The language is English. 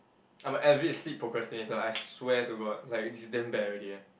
I'm a avid sleep procrastinator I swear to God like it's damn bad already leh